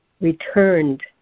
returned